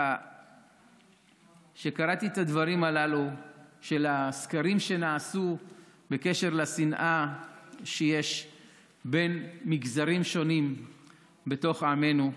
על הסקרים שנעשו בקשר לשנאה שיש בין מגזרים שונים בתוך עמנו,